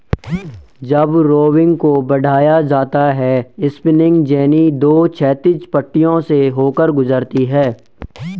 जब रोविंग को बढ़ाया जाता है स्पिनिंग जेनी दो क्षैतिज पट्टियों से होकर गुजरती है